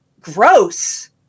Gross